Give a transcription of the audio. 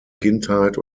kindheit